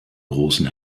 großen